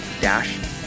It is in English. dash